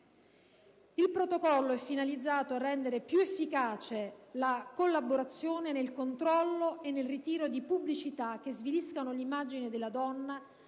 Il protocollo è finalizzato a rendere più efficace la collaborazione nel controllo e nel ritiro di pubblicità che sviliscano l'immagine della donna,